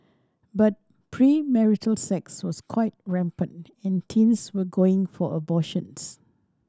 but premarital sex was quite rampant and teens were going for abortions